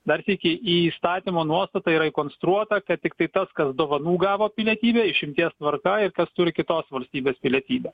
dar sykį į įstatymo nuostatą yra įkonstruota kad tiktai tas kas dovanų gavo pilietybę išimties tvarka ir kas turi kitos valstybės pilietybę